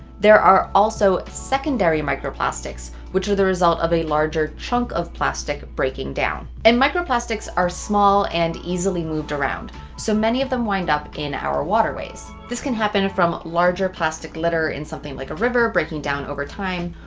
there are also secondary microplastics which are the result of a larger chunk of plastic breaking down. and microplastics are small and easily moved around, so many of them wind up in our waterways. this can happen from larger plastic litter in something like a river breaking down over time.